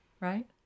right